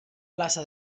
plaça